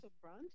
front